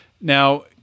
Now